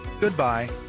Goodbye